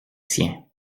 siens